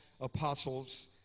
apostles